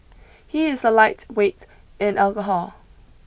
he is a lightweight in alcohol